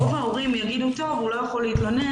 רוב ההורים יגידו: הוא לא יכול להתלונן,